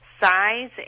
size